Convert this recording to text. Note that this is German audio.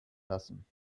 lassen